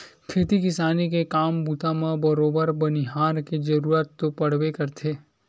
खेती किसानी के काम बूता म बरोबर बनिहार के जरुरत तो पड़बे करथे